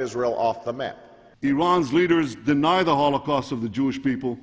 israel off the map iran's leaders deny the holocaust of the jewish people